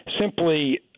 simply